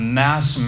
mass